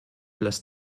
lässt